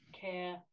care